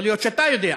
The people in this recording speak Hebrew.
יכול להיות שאתה יודע,